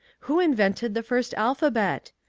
who invented the first alphabet?